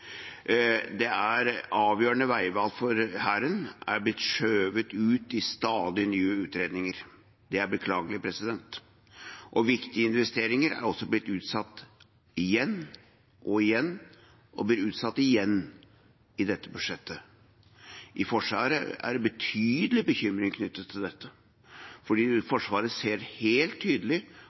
lagt fram. Avgjørende veivalg for Hæren er blitt skjøvet ut i stadig nye utredninger. Det er beklagelig. Viktige investeringer er også blitt utsatt igjen og igjen, og blir utsatt igjen i dette budsjettet. I Forsvaret er det betydelig bekymring knyttet til dette, for Forsvaret ser helt tydelig